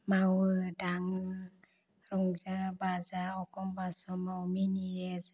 मावो दाङो रंजा बाजा अखमबा समाव मिनियो